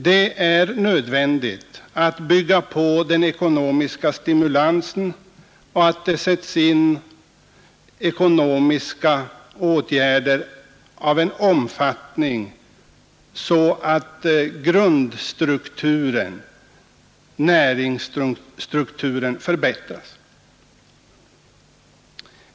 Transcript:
Det är nödvändigt att bygga på den ekonomiska stimulansen och att det sätts in åtgärder av en sådan omfattning att näringsstrukturen förbättras.